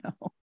no